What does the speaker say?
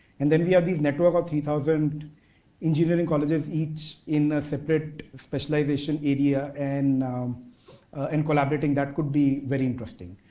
and then, we have these network of three thousand engineering colleges each in a separate specialization area and and collaborating, that could be very interesting.